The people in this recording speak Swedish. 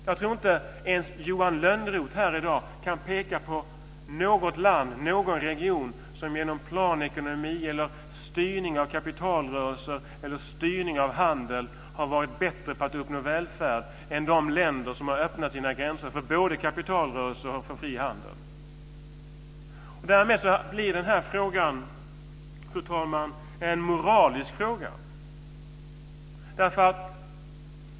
Jag tror inte ens att Johan Lönnroth här i dag kan peka på något land, någon region, som genom planekonomi, styrning av kapitalrörelser eller styrning av handel har varit bättre på att uppnå välfärd än de länder som har öppnat sina gränser för både kapitalrörelser och fri handel. Därmed blir den här frågan en moralisk fråga, fru talman.